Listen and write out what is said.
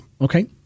Okay